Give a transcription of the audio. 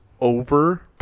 over